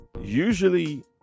Usually